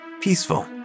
Peaceful